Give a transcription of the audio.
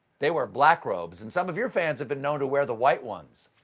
they wear black robes. and some of your fans have been known to wear the white ones.